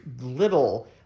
little